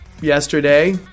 yesterday